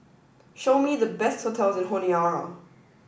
show me the best hotels in Honiara